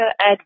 add